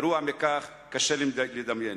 גרוע מכך קשה לדמיין.